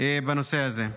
בנושא הזה.